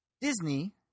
Disney –